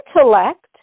intellect